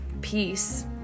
peace